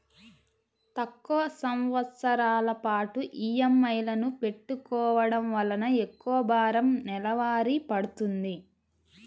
తక్కువ సంవత్సరాల పాటు ఈఎంఐలను పెట్టుకోవడం వలన ఎక్కువ భారం నెలవారీ పడ్తుంది